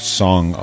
song